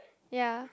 ya